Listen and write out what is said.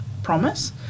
promise